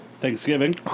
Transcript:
Thanksgiving